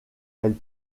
elle